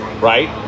Right